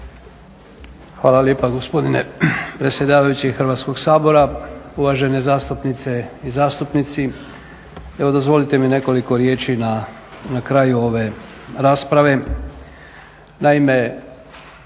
Hvala lijepo gospodine predsjedavajući Hrvatskoga sabora. Uvažene zastupnice i zastupnici. Evo dozvolite mi nekoliko riječi na kraju ove rasprave.